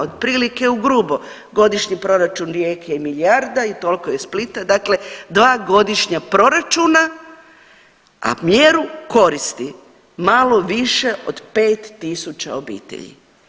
Otprilike u grubo godišnji proračun Rijeke je milijarda i toliko iz Splita, dakle dva godišnja proračuna a mjeru koristi malo više od 5000 obitelji.